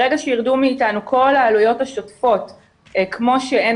ברגע שירדו מאתנו כל העלויות השוטפות כמו שאין